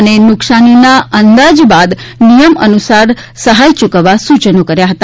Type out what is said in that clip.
અને નુકસાનીના અંદાજો બાદ નિયમ અનુસાર સહાથ યૂકવવા સૂયનો કર્યા હતા